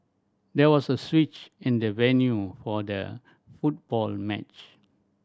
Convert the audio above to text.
there was a switch in the venue for the football match